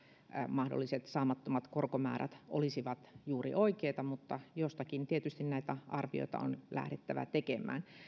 mahdolliset saamattomat korkomäärät olisivat juuri oikeita mutta tietysti jostakin näitä arvioita on lähdettävä tekemään